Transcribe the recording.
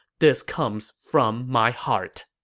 this comes from my heart.